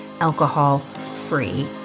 alcohol-free